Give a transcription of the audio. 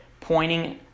pointing